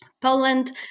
Poland